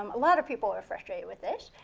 um a lot of people were frustrated with this,